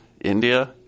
India